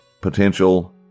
potential